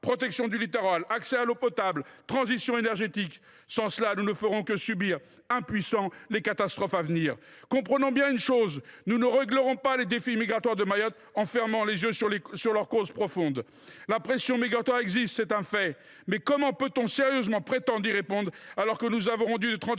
protection du littoral, accès à l’eau potable, transition énergétique. Sans cela, nous ne ferons que subir, impuissants, les catastrophes à venir. Comprenons bien une chose : nous ne relèverons pas les défis migratoires de Mayotte en fermant les yeux sur leur origine profonde. La pression migratoire existe, c’est un fait. Mais comment peut on sérieusement prétendre y répondre, alors que nous avons réduit de 37 %